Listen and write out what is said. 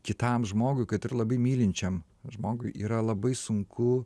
kitam žmogui kad ir labai mylinčiam žmogui yra labai sunku